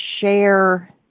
share